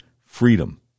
freedom